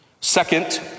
Second